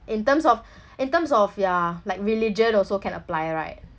in terms of in terms of ya like religion also can apply right